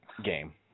game